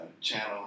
channel